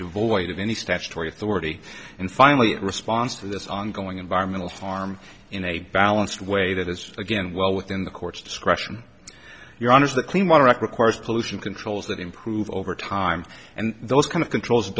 devoid of any statutory authority and finally a response to this ongoing environmental harm in a balanced way that is again well within the court's discretion your honour's the clean water act requires pollution controls that improve over time and those kind of controls